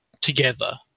together